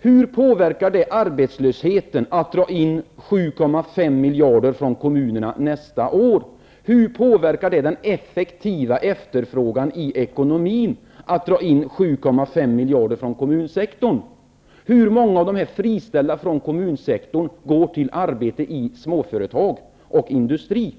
Hur påverkar det arbetslösheten att man drar in 7,5 miljarder från kommunerna nästa år? Hur påverkar det den effektiva efterfrågan i ekonomin att man drar in 7,5 miljarder från kommunsektorn? Hur många av de friställda från kommunsektorn går till arbete i småföretagen och inom industrin?